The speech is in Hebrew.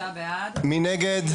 מי נגד?